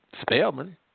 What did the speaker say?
Spelman